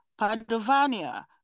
Padovania